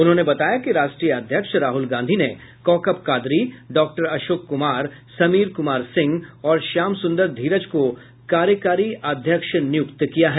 उन्होंने बताया कि राष्ट्रीय अध्यक्ष राहुल गांधी ने कौकब कादरी डॉक्टर अशोक कुमार समीर कुमार सिंह और श्याम सुंदर धीरज को कार्यकारी अध्यक्ष नियुक्त किया है